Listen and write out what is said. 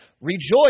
Rejoice